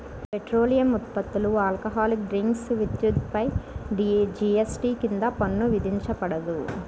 petroleum ఉత్పత్తులు, alcoholic drinks, విద్యుత్పై GST కింద పన్ను విధించబడదు